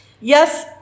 Yes